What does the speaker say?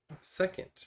second